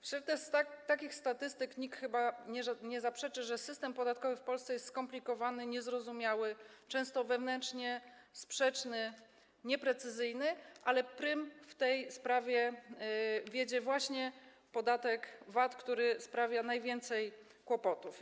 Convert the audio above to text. W świetle takich statystyk chyba nikt nie zaprzeczy, że system podatkowy w Polsce jest skomplikowany, niezrozumiały, często wewnętrznie sprzeczny, nieprecyzyjny, ale prym w tej sprawie wiedzie właśnie podatek VAT, który sprawia najwięcej kłopotów.